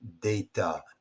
data